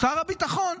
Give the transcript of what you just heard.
שר הביטחון,